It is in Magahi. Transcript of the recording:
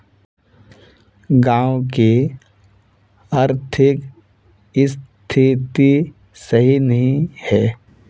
गाँव की आर्थिक स्थिति सही नहीं है?